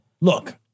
Look